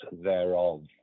thereof